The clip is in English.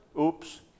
oops